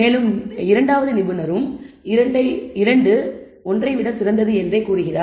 மேலும் நிபுணர் 2ம் 2 1 ஐ விட சிறந்தது என்று கூறுகிறார்